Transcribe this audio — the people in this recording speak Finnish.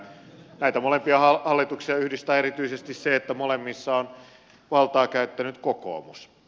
näitä molempia hallituksia yhdistää erityisesti se että molemmissa on valtaa käyttänyt kokoomus